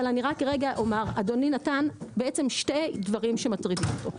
אדוני נתן שתי דברים שמטרידים אותו,